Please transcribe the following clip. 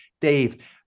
Dave